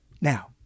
Now